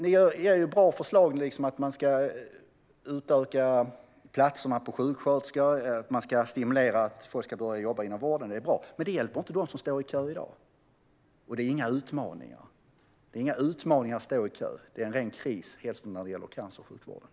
Ni har bra förslag i fråga om att öka antalet platser på sjuksköterskeutbildningarna och för att stimulera att folk ska börja jobba inom vården. Det är bra. Men det hjälper inte dem som står i kö i dag. Och det är inga utmaningar. Det är ingen utmaning att stå i kö; det är en ren kris, helst när det gäller cancersjukvården.